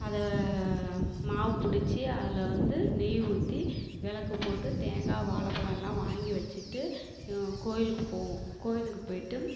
அதை மாவு பிடிச்சி அதில் வந்து நெய் ஊற்றி விளக்கு போட்டு தேங்காய் வாழைப் பழம் எல்லா வாங்கி வச்சுட்டு கோவிலுக்கு போவோம் கோவிலுக்கு போயிட்டு